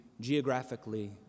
geographically